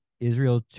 Israel